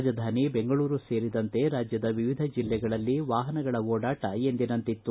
ರಾಜಧಾನಿ ಬೆಂಗಳೂರು ಸೇರಿದಂತೆ ರಾಜ್ಯದ ವಿವಿಧ ಬೆಲ್ಲೆಗಳಲ್ಲಿ ವಾಹನಗಳ ಓಡಾಟ ಎಂದಿನಂತಿತ್ತು